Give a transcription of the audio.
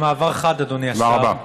במעבר חד, אדוני השר,